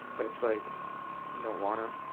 but it's like you don't want to.